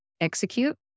execute